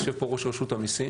יושב פה ראש רשות המיסים,